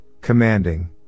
commanding